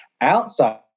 Outside